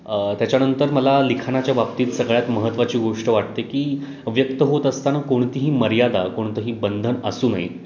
त्याच्यानंतर मला लिखाणाच्या बाबतीत सगळ्यात महत्त्वाची गोष्ट वाटते की व्यक्त होत असताना कोणतीही मर्यादा कोणतंही बंधन असू नये